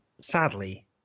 sadly